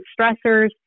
stressors